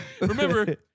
remember